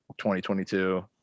2022